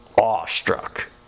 awestruck